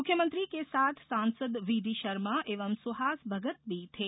मुख्यमंत्री के साथ सांसद वीडी शर्मा एवं सुहास भगत भी थे